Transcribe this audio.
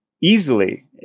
easily